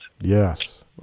Yes